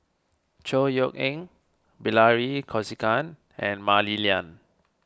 Chor Yeok Eng Bilahari Kausikan and Mah Li Lian